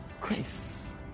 grace